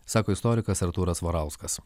sako istorikas artūras svarauskas